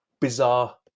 bizarre